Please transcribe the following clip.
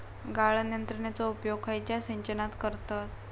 गाळण यंत्रनेचो उपयोग खयच्या सिंचनात करतत?